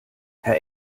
herr